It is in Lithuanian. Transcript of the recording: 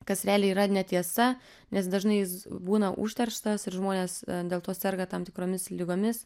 kas realiai yra netiesa nes dažnai būna užterštas ir žmonės dėl to serga tam tikromis ligomis